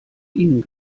ihnen